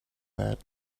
that